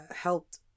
helped